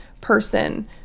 person